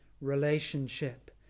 relationship